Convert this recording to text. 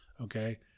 okay